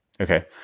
Okay